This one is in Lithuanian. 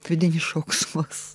vidinis šauksmas